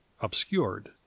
obscured